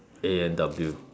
A and W